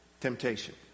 temptation